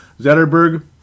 Zetterberg